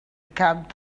cap